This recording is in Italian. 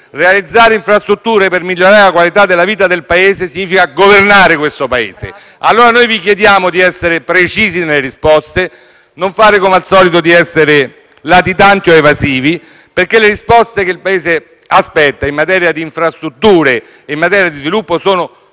realizzare infrastrutture per migliorare la qualità della vita del Paese significa governare questo Paese. Vi chiediamo, allora, di essere precisi nelle risposte. Non fate come al solito: non siate latitanti o evasivi, perché le risposte che il Paese aspetta in materia di infrastrutture e sviluppo sono fondamentali.